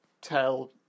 tell